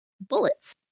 bullets